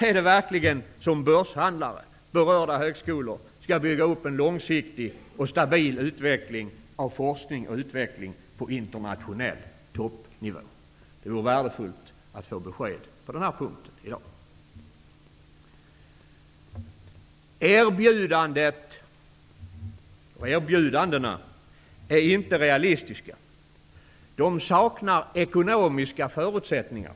Är det verkligen i egenskap av börshandlare som berörda högskolor skall bygga upp en långsiktig och stabil utveckling av forskning och utveckling på internationell toppnivå? Det vore värdefullt att få besked på den punkten i dag. Erbjudandena är inte realistiska. De saknar ekonomiska förutsättningar.